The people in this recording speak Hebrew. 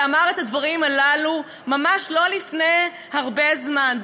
שאמר את הדברים הללו ממש לא לפני הרבה זמן,